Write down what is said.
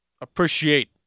appreciate